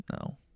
No